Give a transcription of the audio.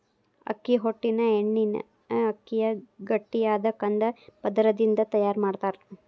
ಅಕ್ಕಿ ಹೊಟ್ಟಿನ ಎಣ್ಣಿನ ಅಕ್ಕಿಯ ಗಟ್ಟಿಯಾದ ಕಂದ ಪದರದಿಂದ ತಯಾರ್ ಮಾಡ್ತಾರ